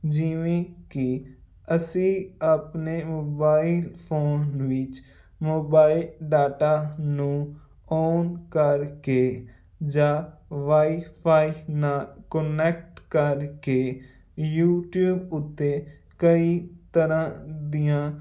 ਜਿਵੇਂ ਕਿ ਅਸੀਂ ਆਪਣੇ ਮੋਬਾਈਲ ਫੋਨ ਵਿੱਚ ਮੋਬਾਈਲ ਡਾਟਾ ਨੂੰ ਓਨ ਕਰਕੇ ਜਾਂ ਵਾਈਫਾਈ ਨਾਲ ਕੁਨੈਕਟ ਕਰਕੇ ਯੂਟਿਊਬ ਉੱਤੇ ਕਈ ਤਰ੍ਹਾਂ ਦੀਆਂ